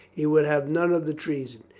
he would have none of the treason.